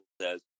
says